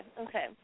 okay